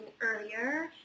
earlier